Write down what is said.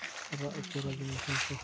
ᱨᱟᱜ ᱦᱚᱪᱚ ᱞᱟᱹᱜᱤᱫ ᱛᱮᱠᱚ